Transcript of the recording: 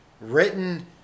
written